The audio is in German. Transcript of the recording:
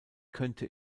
könnte